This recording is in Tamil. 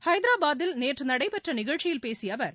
ஹைதராபாதில் நேற்று நடைபெற்ற நிகழ்ச்சியில் பேசிய அவர்